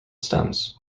stems